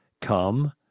come